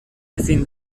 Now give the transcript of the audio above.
ezin